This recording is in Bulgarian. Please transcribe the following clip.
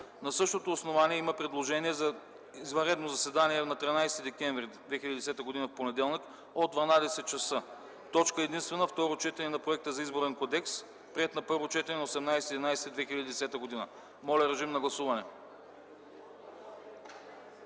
На същото основание има предложение за извънредно заседание на 13 декември 2010 г., понеделник, от 12,00 ч. Точка единствена – Второ четене на Проекта за Изборен кодекс, приет на първо четене на 18 ноември 2010 г. Моля, гласувайте.